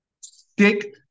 Stick